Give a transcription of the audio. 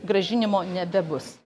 grąžinimo nebebus